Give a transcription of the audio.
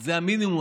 זה המינימום.